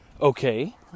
okay